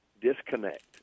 disconnect